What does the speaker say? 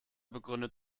begründet